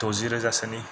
द'जि रोजा सोनि